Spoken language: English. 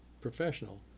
professional